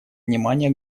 внимания